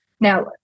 Now